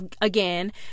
again